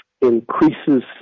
increases